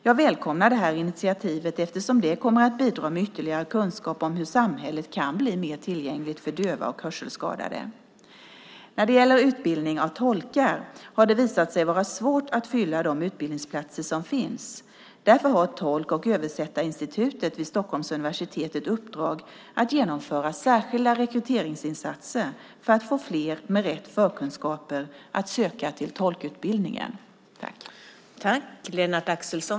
Jag välkomnar det här initiativet eftersom det kommer att bidra med ytterligare kunskap om hur samhället kan bli mer tillgängligt för döva och hörselskadade. När det gäller utbildning av tolkar har det visat sig vara svårt att fylla de utbildningsplatser som finns. Därför har Tolk och översättarinstitutet vid Stockholms universitet ett uppdrag att genomföra särskilda rekryteringsinsatser för att få fler med rätt förkunskaper att söka till tolkutbildningen.